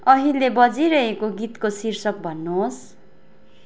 अहिले बजिरहेको गीतको शीर्षक भन्नुहोस्